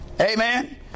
amen